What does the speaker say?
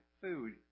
food